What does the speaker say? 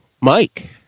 Mike